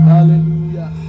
Hallelujah